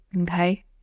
Okay